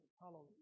Hallelujah